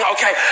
Okay